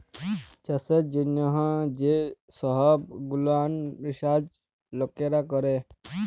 চাষের জ্যনহ যে সহব গুলান রিসাচ লকেরা ক্যরে